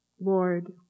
Lord